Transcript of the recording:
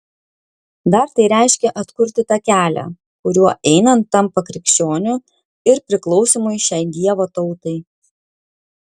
dar tai reiškia atkurti tą kelią kuriuo einant tampa krikščioniu ir priklausymui šiai dievo tautai